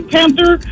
Panther